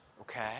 Okay